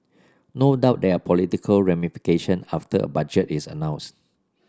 no doubt there are political ramification after a budget is announced